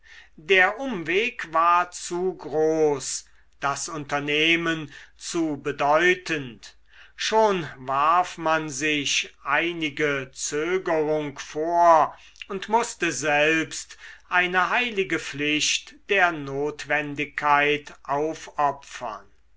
der umweg war zu groß das unternehmen zu bedeutend schon warf man sich einige zögerung vor und mußte selbst eine heilige pflicht der notwendigkeit aufopfern